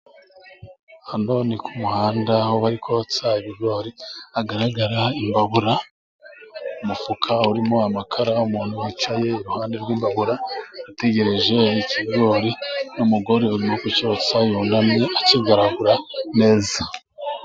Hano ni ku muhanda aho bari kotsa ibigori, hagaragara imbabura, umufuka urimo amakara, umuntu wicaye iruhande rw'imbabura, ategereje ikigori, n'umugore urimo kucyosa yunamye akigaragura neza.